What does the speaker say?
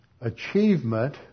achievement